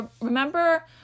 remember